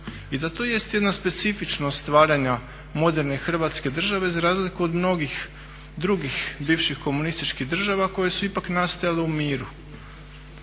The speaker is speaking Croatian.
I da to jest jedna specifičnost stvaranja moderne Hrvatske države, za razliku od mnogih drugih bivših komunističkih država koje su ipak nastajale u miru